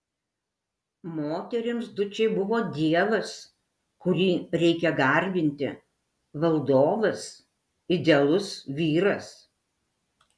moterims dučė buvo dievas kurį reikia garbinti valdovas idealus vyras